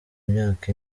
imyaka